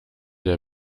der